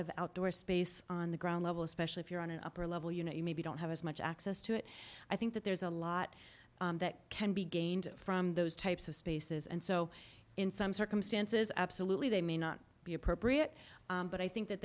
of outdoor space on the ground level especially if you're on an upper level you know you maybe don't have as much access to it i think that there's a lot that can be gained from those types of spaces and so in some circumstances absolutely they may not be appropriate but i think that